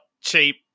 cheap